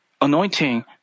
anointing